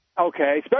Okay